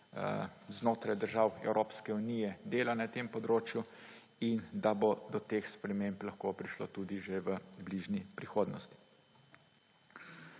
znotraj držav Evropske unije delajo na tem področju in da bo do teh sprememb lahko prišlo tudi že v bližnji prihodnosti.